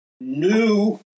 new